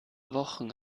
wochen